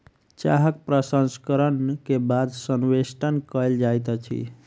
चाहक प्रसंस्करण के बाद संवेष्टन कयल जाइत अछि